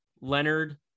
Leonard